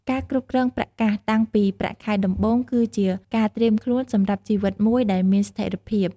ការគ្រប់គ្រងប្រាក់កាសតាំងពីប្រាក់ខែដំបូង គឺជាការត្រៀមខ្លួនសម្រាប់ជីវិតមួយដែលមានស្ថិរភាព។